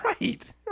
Right